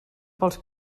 pels